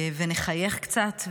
ונחייך קצת,